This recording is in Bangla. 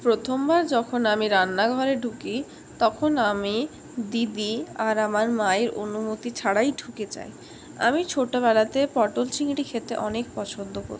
প্রথমবার যখন আমি রান্না ঘরে ঢুকি তখন আমি দিদি আর আমার মায়ের অনুমতি ছাড়াই ঢুকে যাই আমি ছোটবেলাতে পটল চিংড়ি খেতে অনেক পছন্দ করতাম